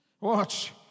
Watch